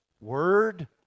Word